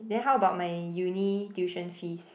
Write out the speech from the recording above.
then how about my uni tuition fees